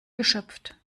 geschöpft